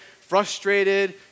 frustrated